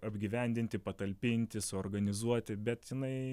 apgyvendinti patalpinti suorganizuoti bet jinai